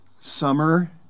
summer